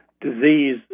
disease